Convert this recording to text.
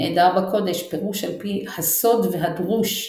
נאדר בקודש - פירוש על פי הסוד והדרוש,